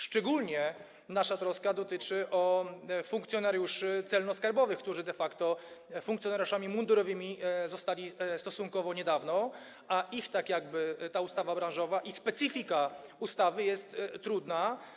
Szczególnie nasza troska odnosi się do funkcjonariuszy celno-skarbowych, którzy de facto funkcjonariuszami mundurowymi zostali stosunkowo niedawno, a ich dotycząca ustawa branżowa, specyfika tej ustawy, jest trudna.